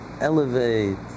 elevate